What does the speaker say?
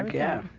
yeah,